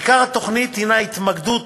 עיקר התוכנית, התמקדות